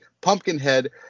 Pumpkinhead